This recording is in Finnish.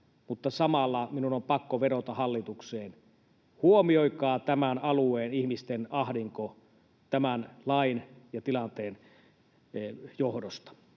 mutta samalla minun on pakko vedota hallitukseen: huomioikaa tämän alueen ihmisten ahdinko tämän lain ja tilanteen johdosta.